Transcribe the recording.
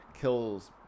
kills